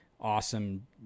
awesome